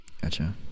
Gotcha